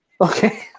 Okay